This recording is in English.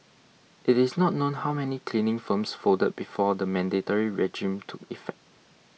it is not known how many cleaning firms folded before the mandatory regime took effect